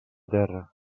terra